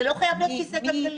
זה לא חייב להיות כיסא גלגלים.